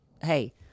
hey